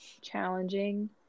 challenging